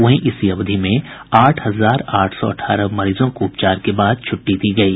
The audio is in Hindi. वहीं इसी अवधि में आठ हजार आठ सौ अठारह मरीजों को उपचार के बाद छुट्टी दी गयी